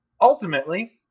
Ultimately